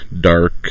dark